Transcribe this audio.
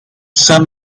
son